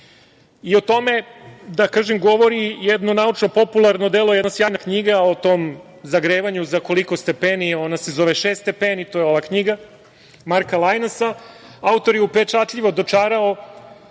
tome, da kažem, govori jedno naučno popularno delo, jedna sjajna knjiga o tom zagrevanju za koliko stepeni, ona se zove „Šest stepeni“, to je ova knjiga, Marka Lajnesa. Autor je upečatljivo dočarao